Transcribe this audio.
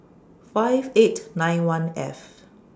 five eight nine one F